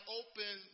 open